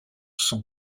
sont